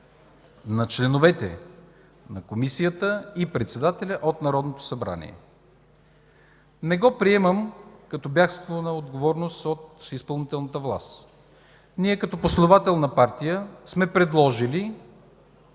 на членовете на Комисията и председателя и от Народното събрание. Не го приемам като бягство от отговорност на изпълнителната власт. Ние като последователна партия сме предложили